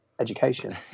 education